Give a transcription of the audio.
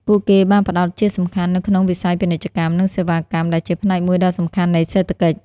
ពួកគេបានផ្តោតជាសំខាន់នៅក្នុងវិស័យពាណិជ្ជកម្ម និងសេវាកម្ម ដែលជាផ្នែកមួយដ៏សំខាន់នៃសេដ្ឋកិច្ច។